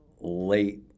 late